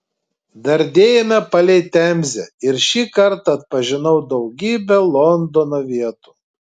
dardėjome palei temzę ir šį kartą atpažinau daugybę londono vietų